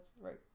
right